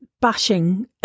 bashing